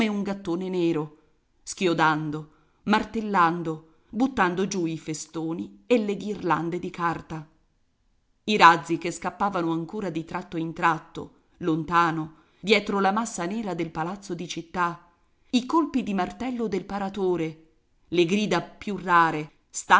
come un gattone nero schiodando martellando buttando giù i festoni e le ghirlande di carta i razzi che scappavano ancora di tratto in tratto lontano dietro la massa nera del palazzo di città i colpi di martello del paratore le grida più rare